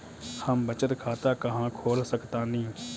हम बचत खाता कहां खोल सकतानी?